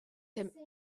him